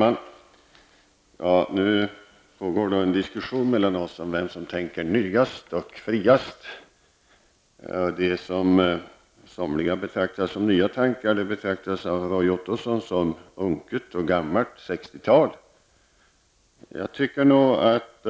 Herr talman! Nu pågår en diskussion mellan oss om vem som tänker nyast och friast. Det som somliga betraktar som nya tankar betraktas av Roy Ottosson som unket och gammalt 60-talstänkande. Jag tycker nog att